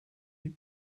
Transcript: eat